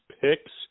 picks